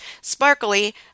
sparkly